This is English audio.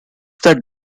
that